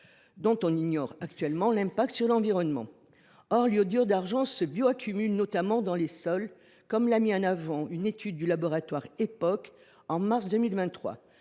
dont on ignore actuellement l’impact sur l’environnement ». Or l’iodure d’argent se bioaccumule, notamment dans les sols, comme l’a mis en avant le laboratoire Environnements et